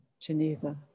Geneva